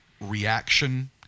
reaction